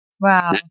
Wow